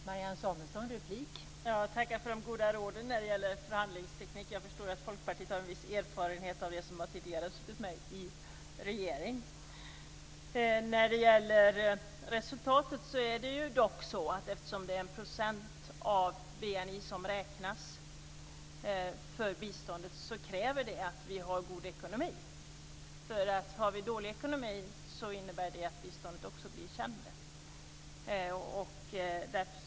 Fru talman! Jag tackar för de goda råden när det gäller förhandlingsteknik. Jag förstår att Folkpartiet har en viss erfarenhet av det eftersom man tidigare har suttit med i regeringar. Eftersom det är 1 % av BNI som ska utgöra biståndet kräver det att vi har god ekonomi. Har vi dålig ekonomin innebär det att biståndet blir lägre.